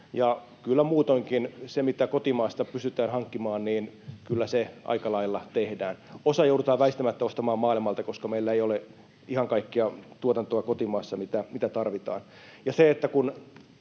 Ja kyllä muutoinkin se, mitä kotimaasta pystytään hankkimaan, aika lailla tehdään. Osa joudutaan väistämättä ostamaan maailmalta, koska meillä ei ole kotimaassa ihan kaikkea tuotantoa, mitä tarvitaan.